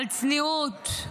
על צניעות,